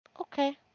Okay